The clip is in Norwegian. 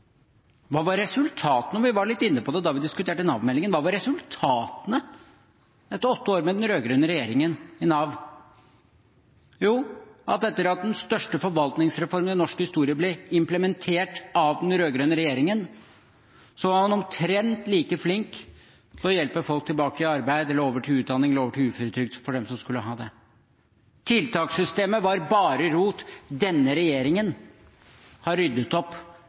Hva var resultatene i Nav – vi var litt inne på det da vi diskuterte Nav-meldingen – etter åtte år med den rød-grønne regjeringen? Jo, at etter at den største forvaltningsreformen i norsk historie ble implementert av den rød-grønne regjeringen, var man omtrent like flink til å hjelpe folk tilbake i arbeid, over til utdanning eller over til uføretrygd, for dem som skulle ha det. Tiltakssystemet var bare rot. Denne regjeringen har ryddet opp